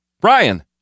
Brian